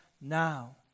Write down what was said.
now